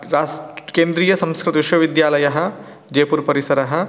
cross केन्द्रीयसंस्कृतविश्वविद्यालयः जयपुरपरिसरः